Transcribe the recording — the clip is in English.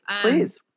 Please